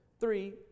three